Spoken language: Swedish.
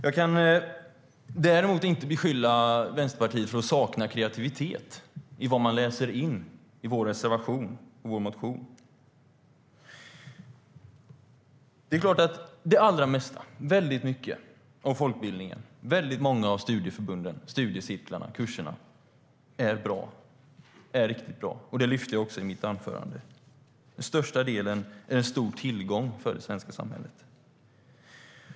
Jag kan däremot inte beskylla Vänsterpartiet för att sakna kreativitet i vad man läser in i vår reservation och vår motion. Det är klart att väldigt mycket av folkbildningen och väldigt många av studieförbunden, studiecirklarna och kurserna är riktigt bra. Det lyfte jag också i mitt anförande. Den största delen är en stor tillgång för det svenska samhället.